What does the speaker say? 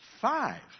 five